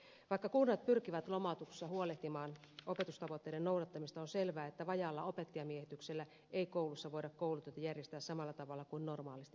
vaikka kunnat pyrkivät lomautuksissa huolehtimaan opetustavoitteiden noudattamisesta on selvää että vajaalla opettajamiehityksellä ei koulussa voida koulutyötä järjestää samalla tavalla kuin normaalisti tehdään